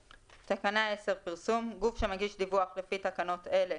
בקריאה: פרסום 10.גוף שמגיש דיווח לפי תקנות אלה,